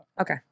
Okay